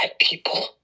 people